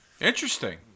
Interesting